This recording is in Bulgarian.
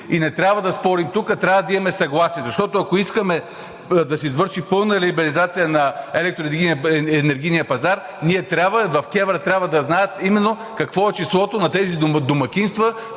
и не трябва да спорим тук, а трябва да имаме съгласие. Защото, ако искаме да се извърши пълна либерализация на електроенергия пазар, ние трябва, в КЕВР трябва да знаят именно какво е числото на тези домакинства,